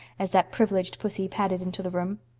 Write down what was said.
as that privileged pussy padded into the room.